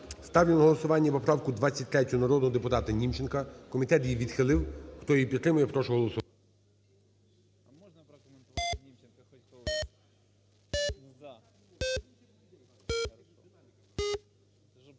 Ставлю на голосування поправку 23-ю народного депутата Мімченка. Комітет її відхилив. Хто її підтримує, прошу голосувати.